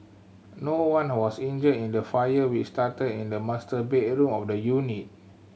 no one was injured in the fire which started in the master bedroom of the unit